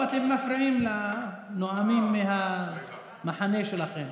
לא, אתם מפריעים לנואמים מהמחנה שלכם.